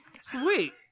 sweet